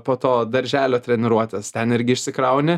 po to darželio treniruotės ten irgi išsikrauni